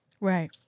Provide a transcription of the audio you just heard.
Right